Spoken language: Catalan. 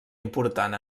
important